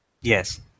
Yes